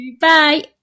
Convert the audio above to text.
Bye